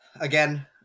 Again